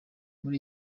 muri